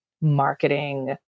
marketing